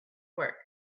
work